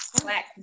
Black